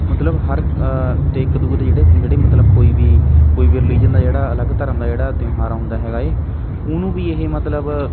ਮਤਲਬ ਹਰ ਅਤੇ ਇੱਕ ਦੂਜੇ ਜਿਹੜੇ ਜਿਹੜੇ ਮਤਲਬ ਕੋਈ ਵੀ ਕੋਈ ਵੀ ਰਿਲੀਜ਼ਨ ਆ ਜਿਹੜਾ ਅਲੱਗ ਧਰਮ ਦਾ ਜਿਹੜਾ ਤਿਉਹਾਰ ਆਉਂਦਾ ਹੈਗਾ ਹੈ ਉਹਨੂੰ ਵੀ ਇਹ ਮਤਲਬ